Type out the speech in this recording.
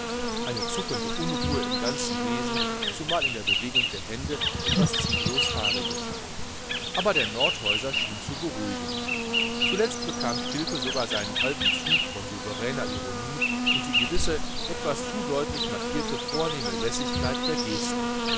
eine zuckende unruhe im ganzen wesen zumal in der bewegung der hände etwas ziellos fahriges aber der nordhäuser schien zu beruhigen zuletzt bekam stilpe sogar seinen alten zug von souveräner ironie und die gewisse etwas zu deutlich markierte vornehme lässigkeit der gesten